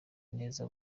ineza